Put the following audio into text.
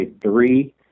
three